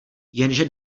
jenže